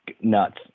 nuts